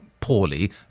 poorly